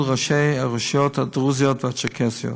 ראשי הרשויות הדרוזיות והצ'רקסיות.